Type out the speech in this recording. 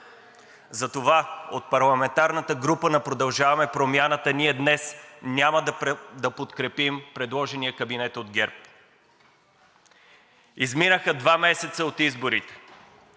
Затова от парламентарната група на „Продължаваме Промяната“ ние днес няма да подкрепим предложения кабинет от ГЕРБ. Изминаха два месеца от изборите